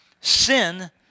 sin